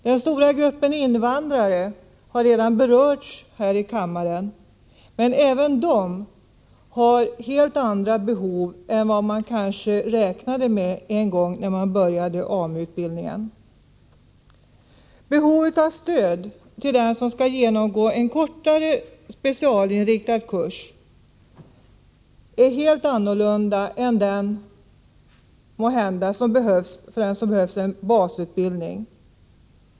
Den stora gruppen invandrare har redan berörts här i kammaren, men även de har helt andra behov än vad man kanske räknade med när man en gång startade AMU-utbildningen. Behovet av stöd till den som skall genomgå en kortare specialinriktad kurs är helt olikt det som den har som genomgår en baskurs.